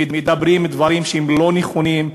מדברים דברים שהם לא נכונים,